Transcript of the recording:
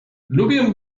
lubię